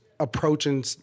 Approaching